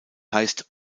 heißt